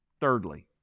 Thirdly